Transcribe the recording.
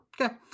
Okay